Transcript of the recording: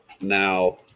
Now